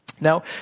Now